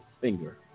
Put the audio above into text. finger